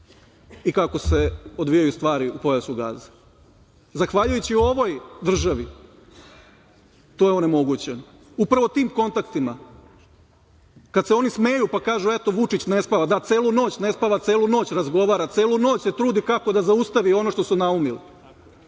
i kako se odvijaju stvari u pojasu Gaze. Zahvaljujući ovoj državi to je onemogućeno, upravo tim kontaktima. Kad se oni smeju i kažu - eto, Vučić ne spava - da, celu noć ne spava, celu noć razgovara, celu noć se trudi kako da zaustavi ono što su naumili.